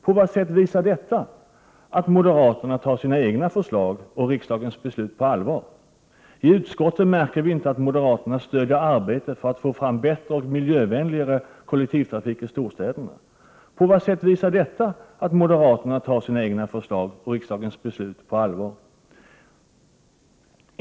På vilket sätt visar detta att moderaterna tar sina egna förslag och riksdagens beslut på allvar? Vi märker inte i utskotten att moderaterna stöder arbetet för att få fram en bättre och miljövänligare kollektivtrafik i storstäderna. På vilket sätt visar detta att moderaterna tar sina egna förslag och riksdagens beslut på allvar?